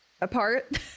apart